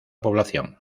población